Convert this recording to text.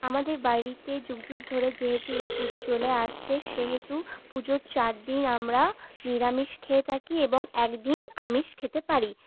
আমাদের বাড়িতে যুগ যুগ ধরে যেহেতু এই পুজো চলে আসছে সেহেতু পুজোর চারদিন আমরা নিরামিষ খেয়ে থাকি এবং একদিন আমিষ খেতে পারি